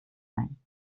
ein